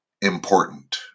important